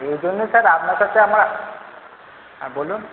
এই জন্য স্যার আপনার সাথে আমরা হ্যাঁ বলুন